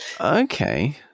Okay